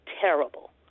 terrible